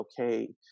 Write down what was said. okay